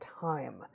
time